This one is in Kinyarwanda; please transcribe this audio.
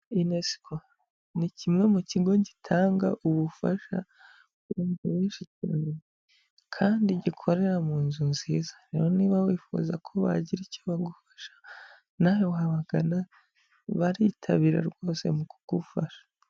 Yunesiko ni kimwe mu kigo gitanga ubufashaje kandi gikorera mu nzu nziza, rero niba wifuza ko bagira icyo bagufasha nawe wagana baritabira rwose mu kugufasha.